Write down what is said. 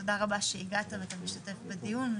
תודה רבה שהגעת ואתה משתתף בדיון.